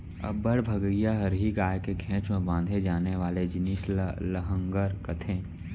अब्बड़ भगइया हरही गाय के घेंच म बांधे जाने वाले जिनिस ल लहँगर कथें